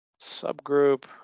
subgroup